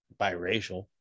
biracial